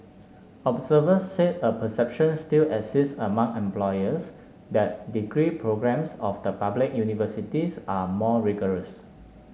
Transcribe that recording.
observers said a perception still exists among employers that degree programmes of the public universities are more rigorous